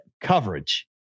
coverage